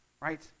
right